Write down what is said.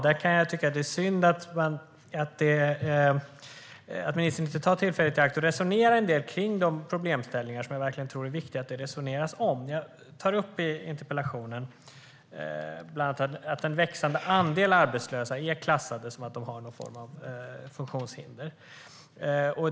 Där kan jag tycka att det är synd att ministern inte tar tillfället i akt att resonera en del kring de problemställningar som jag verkligen tror är viktiga att det resoneras om. Jag tar upp i interpellationen bland annat att den växande andelen arbetslösa är klassade som att de har någon form av funktionshinder.